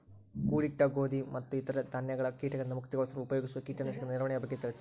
ಕೂಡಿಟ್ಟ ಗೋಧಿ ಮತ್ತು ಇತರ ಧಾನ್ಯಗಳ ಕೇಟಗಳಿಂದ ಮುಕ್ತಿಗೊಳಿಸಲು ಉಪಯೋಗಿಸುವ ಕೇಟನಾಶಕದ ನಿರ್ವಹಣೆಯ ಬಗ್ಗೆ ತಿಳಿಸಿ?